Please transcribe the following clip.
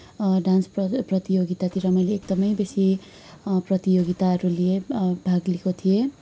dance प्र प्रतियोगितातिर मैले एकदमै बेसी प्रतियोगिताहरू लिएँ भाग लिएको थिएँ